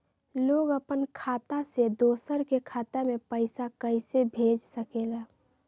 लोग अपन खाता से दोसर के खाता में पैसा कइसे भेज सकेला?